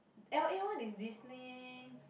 L_A one is Disney